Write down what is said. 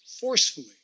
forcefully